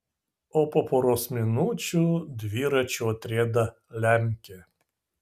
o po poros minučių dviračiu atrieda lemkė